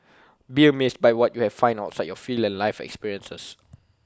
be amazed by what you find outside your field and life experiences